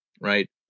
right